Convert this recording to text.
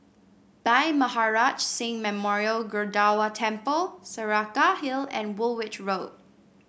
Bhai Maharaj Singh Memorial Gurdwara Temple Saraca Hill and Woolwich Road